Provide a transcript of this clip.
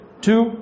Two